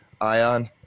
ion